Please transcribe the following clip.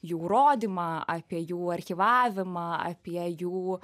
jų rodymą apie jų archyvavimą apie jų